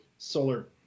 solar